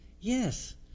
Yes